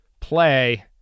play